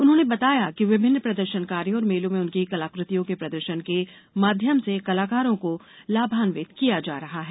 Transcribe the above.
उन्होंने बताया कि विभिन्न प्रदर्शनियों और मेलों में उनकी कलाकृतियों के प्रदर्शन के माध्यम से कलाकारों को लाभान्वित किया जा रहा है